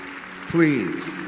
please